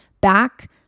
back